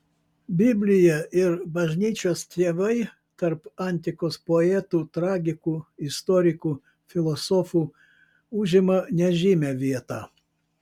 biblija ir bažnyčios tėvai tarp antikos poetų tragikų istorikų filosofų užima nežymią vietą